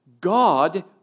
God